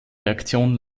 reaktion